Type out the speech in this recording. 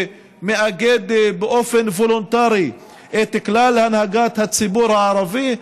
שמאגד באופן וולונטרי את כלל הנהגת הציבור הערבי.